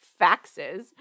faxes